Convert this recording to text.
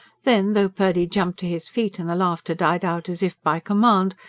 then, though purdy jumped to his feet and the laughter died out as if by command,